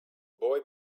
boy